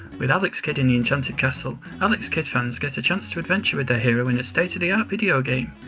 with alex kidd in the enchanted castle, alex kidd fans get a chance to adventure with their hero in a state of the art video game.